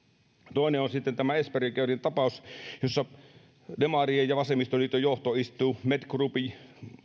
toinen on sitten tämä esperi caren tapaus siellä demarien ja vasemmistoliiton johto istuu med groupin